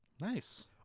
nice